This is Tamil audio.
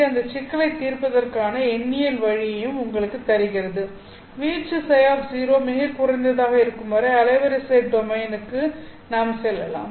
அது இந்த சிக்கலைத் தீர்ப்பதற்கான எண்ணியல் வழியையும் உங்களுக்கு வழங்குகிறது வீச்சு ψ மிக குறைந்ததாக இருக்கும் வரை அலைவரிசை டொமைன் க்கு நாம் செல்லலாம்